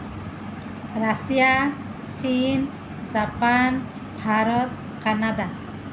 Russia চীন Japan Bharat Canada